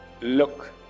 look